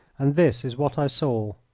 and this is what i saw.